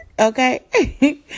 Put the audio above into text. okay